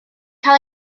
cael